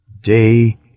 day